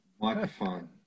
microphone